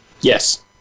Yes